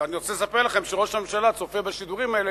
אני רוצה לספר לכם שראש הממשלה צופה בשידורים האלה,